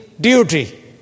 duty